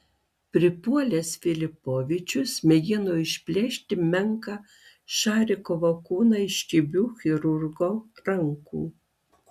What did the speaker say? pripuolęs filipovičius mėgino išplėšti menką šarikovo kūną iš kibių chirurgo rankų